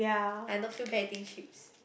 I don't feel bad eating chips